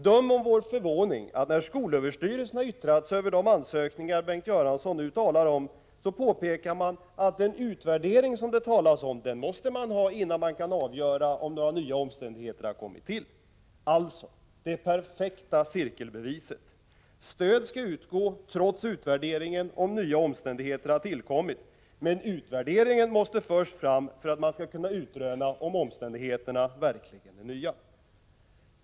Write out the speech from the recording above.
Döm om vår förvåning när skolöverstyrelsen, efter att ha yttrat sig över de ansökningar som Bengt Göransson nu talar om, påpekar att man måste ha utvärderingen innan man kan avgöra om några nya omständigheter har kommit till! Detta är det perfekta cirkelbeviset. Stöd skall utgå, trots utvärderingen, om nya omständigheter har tillkommit. Men utvärderingen måste först fram för att man skall kunna utröna om omständigheterna verkligen är nya.